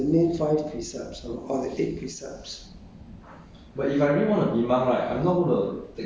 basically the five the five is the main five precepts lor or the eight precepts